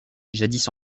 jadis